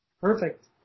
Perfect